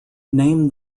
name